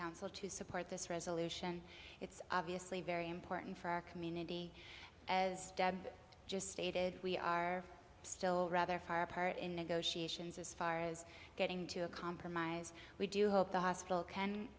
council to support this resolution it's obviously very important for our community as deb just stated we are still rather far apart in negotiations as far as getting to a compromise we do hope the hospital can